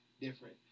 different